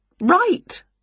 right